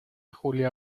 julia